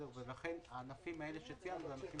ולכן הענפים האלה שציינתי, אלה הענפים